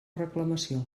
reclamació